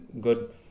good